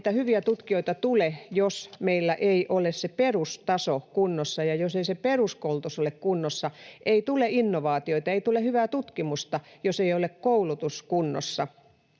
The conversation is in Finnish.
niitä hyviä tutkijoita tule, jos meillä ei ole se perustaso kunnossa, jos ei se peruskoulutus ole kunnossa. Ei tule innovaatioita, ei tule hyvää tutkimusta, jos ei ole koulutus kunnossa,